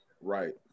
Right